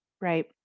right